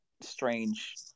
strange